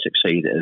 succeed